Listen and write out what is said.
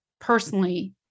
personally